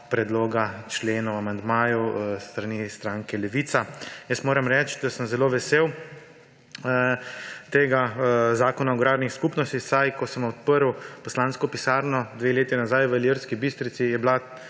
predloga amandmajev s strani stranke Levica. Jaz moram reči, da sem zelo vesel tega zakona o agrarnih skupnostih. Ko sem odprl poslansko pisarno dve leti nazaj v Ilirski Bistrici, je bila